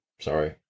sorry